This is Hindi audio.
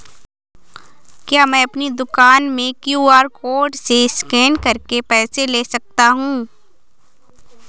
क्या मैं अपनी दुकान में क्यू.आर कोड से स्कैन करके पैसे ले सकता हूँ?